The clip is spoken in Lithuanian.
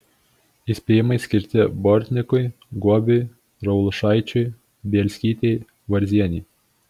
įspėjimai skirti bortnikui guobiui raulušaičiui bielskytei varzienei